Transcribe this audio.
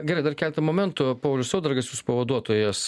gerai dar keletą momentų paulius saudargas jūsų pavaduotojas